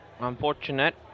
Unfortunate